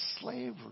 slavery